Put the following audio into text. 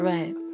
Right